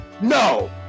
no